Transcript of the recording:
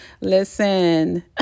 Listen